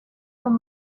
com